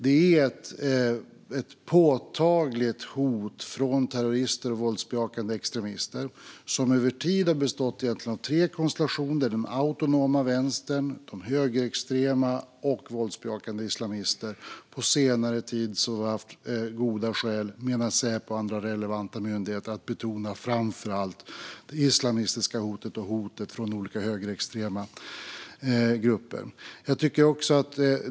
Det finns också ett påtagligt hot från terrorister och våldsbejakande extremister som över tid egentligen har bestått av tre konstellationer: den autonoma vänstern, de högerextrema och de våldsbejakande islamisterna. På senare tid menar Säpo och andra relevanta myndigheter att vi har haft goda skäl att framför allt betona det islamistiska hotet och hotet från olika högerextrema grupper.